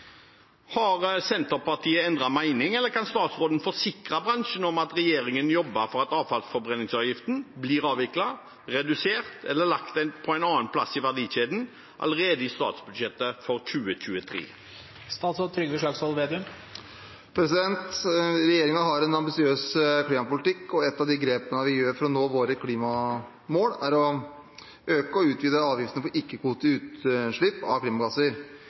Har Senterpartiet endret mening, eller kan statsråden forsikre bransjen om at regjeringen jobber for at avfallsforbrenningsavgiften blir avviklet, redusert eller lagt en annen plass i verdikjeden allerede i statsbudsjettet for 2023?» Regjeringen har en ambisiøs klimapolitikk, og et av de grepene vi gjør for å nå våre klimamål, er å øke og utvide avgiftene på ikke-kvotepliktige utslipp av klimagasser.